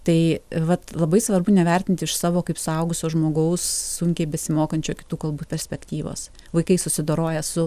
tai vat labai svarbu nevertinti iš savo kaip suaugusio žmogaus sunkiai besimokančio kitų kalbų perspektyvos vaikai susidoroja su